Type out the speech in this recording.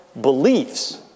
beliefs